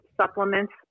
supplements